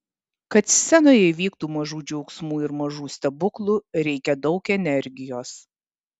kad scenoje įvyktų mažų džiaugsmų ir mažų stebuklų reikia daug energijos